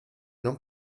non